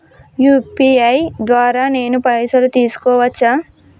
UPI ద్వారా నేను పైసలు తీసుకోవచ్చా?